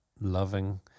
loving